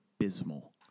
abysmal